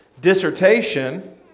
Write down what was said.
dissertation